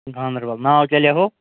گاندربَل ناو کیاہ لٮ۪کھو